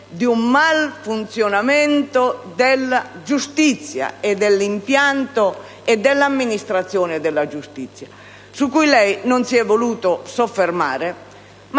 di un malfunzionamento dell'impianto e dell'amministrazione della giustizia, su cui lei non si è voluto soffermare.